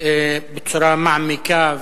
בצורה מעמיקה,